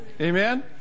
Amen